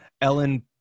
Ellen